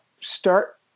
start